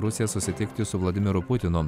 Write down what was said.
rusiją susitikti su vladimiru putinu